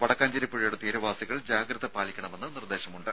വടക്കാഞ്ചേരി പുഴയുടെ തീരവാസികൾ ജാഗ്രത പാലിക്കണമെന്ന് നിർദ്ദേശമുണ്ട്